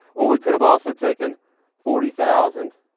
or we could've also taken forty thousand